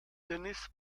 denis